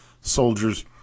soldiers